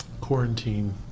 quarantine